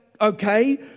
Okay